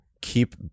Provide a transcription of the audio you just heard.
keep